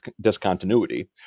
discontinuity